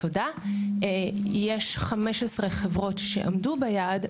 יש 15 חברות שעמדו ביעד,